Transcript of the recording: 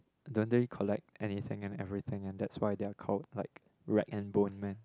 don't they collect anything and everything and that's why they are called like rag and bone man